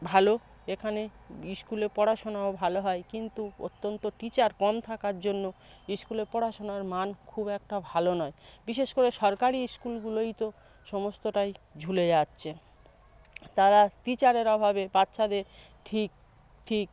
ভালো এখানে স্কুলে পড়াশুনাও ভালো হয় কিন্তু অত্যন্ত টিচার কম থাকার জন্য স্কুলে পড়াশোনার মান খুব একটা ভালো নয় বিশেষ করে সরকারি স্কুলগুলোয় তো সমস্তটাই ঝুলে যাচ্ছে তারা টিচারের অভাবে বাচ্চাদের ঠিক ঠিক